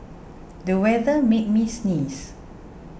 the weather made me sneeze